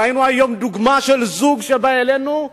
ראינו היום דוגמה של זוג שבא אלינו,